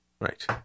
Right